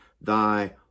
thy